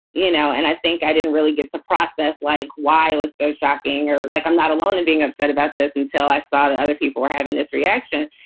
you know? and i think i didn't really get a process like why it was so shocking or like i'm not alone and being upset about this until i saw that other people were having this reaction.